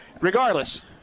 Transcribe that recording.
Regardless